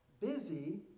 busy